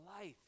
life